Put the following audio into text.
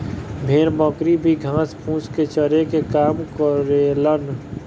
भेड़ बकरी भी घास फूस के चरे में काम करेलन